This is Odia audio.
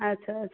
ଆଛା ଆଛା